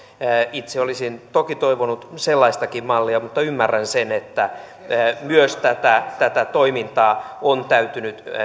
itse olisin toki toivonut sellaistakin mallia mutta ymmärrän sen että myös tätä tätä toimintaa on täytynyt